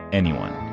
anyone